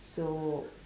so